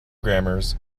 grammars